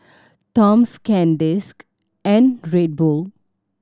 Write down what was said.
Toms Sandisk and Red Bull